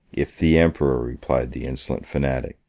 if the emperor, replied the insolent fanatic,